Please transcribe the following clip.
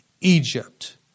Egypt